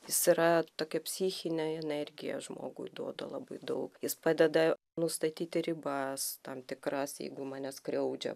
jis yra tokia psichinė energija žmogui duoda labai daug jis padeda nustatyti ribas tam tikras jeigu mane skriaudžia